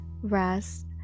rest